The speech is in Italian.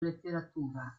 letteratura